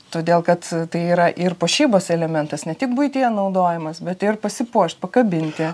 todėl kad tai yra ir puošybos elementas ne tik buityje naudojamas bet ir pasipuošt pakabinti